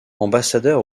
ambassadeur